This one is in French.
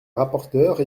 rapporteure